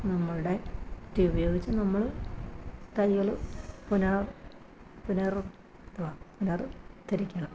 നമ്മളുടെ ബുദ്ധിയുപയോഗിച്ച് നമ്മള് തയ്യല് പുനരാ പുനർ എന്തുവാ പുനര് ഉദ്ധരിക്കണം